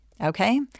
okay